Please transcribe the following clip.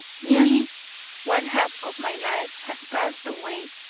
nearly one-half of my life had passed away,